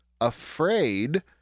afraid